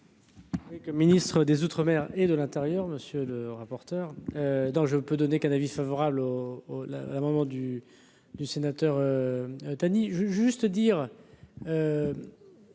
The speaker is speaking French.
comme ministre des Outre-Mer et de l'Intérieur, monsieur le rapporteur, donc je peux donner qu'un avis favorable, oh la la, la maman du du sénateur Tani